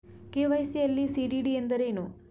KYC ಯಲ್ಲಿ CDD ಎಂದರೇನು?